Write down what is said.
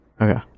okay